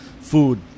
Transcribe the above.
food